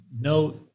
no